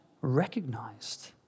recognized